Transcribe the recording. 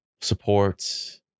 Supports